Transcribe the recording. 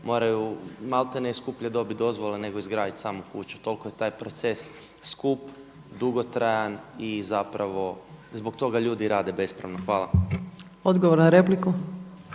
moraju maltene skuplje dobiti dozvolu nego izgraditi kuću. Toliko je taj proces skup, dugotrajan i zapravo zbog toga ljudi rade bespravno. Hvala. **Opačić,